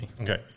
Okay